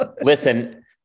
Listen